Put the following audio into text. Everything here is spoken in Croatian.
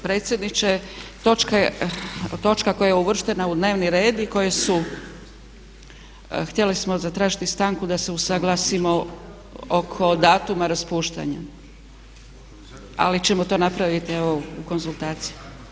Predsjedniče, točka koje je uvrštena u dnevni red i koju su, htjeli smo zatražiti stanku da se usuglasimo oko datuma raspuštanja. … [[Upadica se ne razumije.]] Ali ćemo to napraviti evo u konzultaciji.